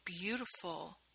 beautiful